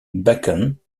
bacon